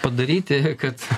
padaryti kad